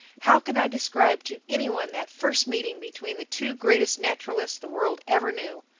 how can i describe to any one that first meeting between the two greatest naturalists the world ever knew,